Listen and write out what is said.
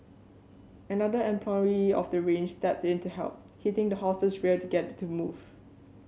another employee of the ranch stepped in to help hitting the horse's rear to get it to move